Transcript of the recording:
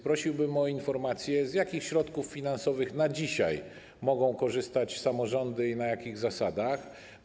Prosiłbym więc o informację, z jakich środków finansowych na dzisiaj mogą korzystać samorządy i na jakich zasadach.